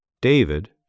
David